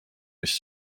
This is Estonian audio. mis